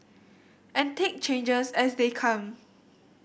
and take changes as they come